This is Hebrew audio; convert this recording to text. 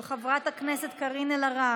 של חברת הכנסת קארין אלהרר.